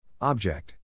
Object